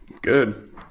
Good